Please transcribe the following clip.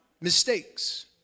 mistakes